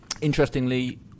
interestingly